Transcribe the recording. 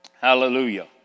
Hallelujah